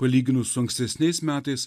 palyginus su ankstesniais metais